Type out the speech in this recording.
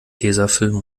tesafilm